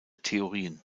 theorien